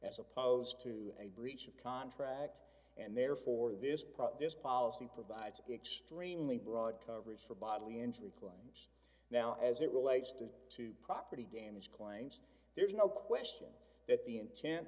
as opposed to a breach of contract and therefore this product this policy provides extremely broad coverage for bodily injury claims now as it relates to to property damage claims there's no question that the intent